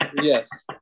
Yes